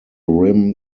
rim